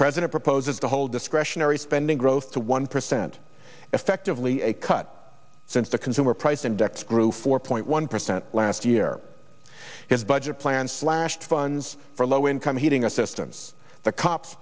president proposes the whole discretionary spending growth to one percent effectively a cut since the consumer price index grew four point one percent last year his budget plan slashed funds for low income heating assistance the cops